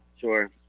Sure